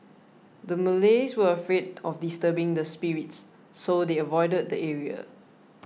the Malays were afraid of disturbing the spirits so they avoided the area